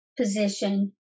position